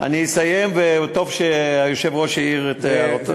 אני אסיים, וטוב שהיושב-ראש העיר את הערתו.